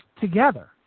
together